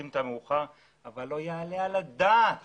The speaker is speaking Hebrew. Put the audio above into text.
יעלה על הדעת